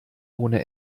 ohne